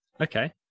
Okay